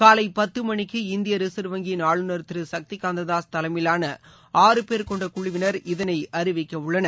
காலை பத்து மணிக்கு இந்திய ரிசர்வ் வங்கியின் ஆளுநர் திரு சக்திகாந்த தாஸ் தலைமயிலாள ஆறுபேர் கொண்ட குழுவினர் இதனை அறிவிக்கவுள்ளனர்